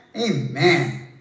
Amen